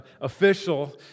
official